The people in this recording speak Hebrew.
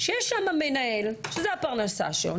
שיש שם מנהל שזו הפרנסה שלו.